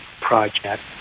project